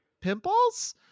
pimples